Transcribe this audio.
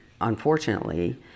unfortunately